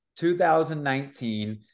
2019